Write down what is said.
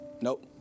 Nope